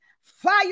Fire